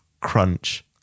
Crunch